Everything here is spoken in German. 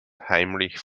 heimlich